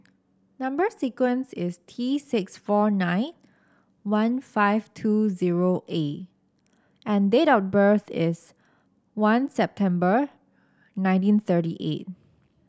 number sequence is T six four nine one five two zero A and date of birth is one September nineteen thirty eight